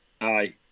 Aye